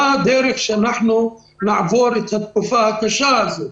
מה הדרך שאנחנו נעבור את התקופה הקשה הזו,